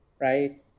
Right